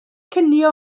cinio